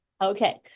Okay